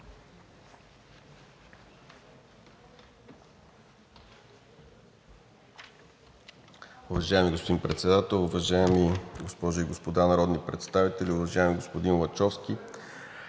Уважаеми господин Председател, уважаеми госпожи и господа народни представители! Уважаеми господин Лачовски,